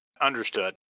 Understood